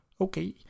okay